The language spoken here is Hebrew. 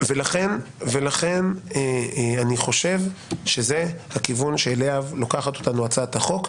לכן אני חושב שזה הכיוון אליו לוקחת אותנו הצעת החוק,